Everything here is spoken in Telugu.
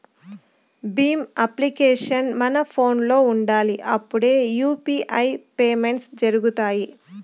భీమ్ అప్లికేషన్ మన ఫోనులో ఉండాలి అప్పుడే యూ.పీ.ఐ పేమెంట్స్ జరుగుతాయి